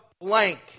blank